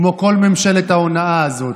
כמו כל ממשלת ההונאה הזו.